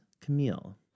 Camille